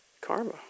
karma